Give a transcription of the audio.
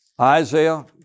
Isaiah